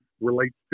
relates